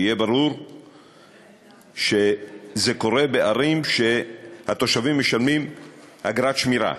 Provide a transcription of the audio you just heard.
שיהיה ברור שזה קורה בערים שהתושבים משלמים אגרת שמירה.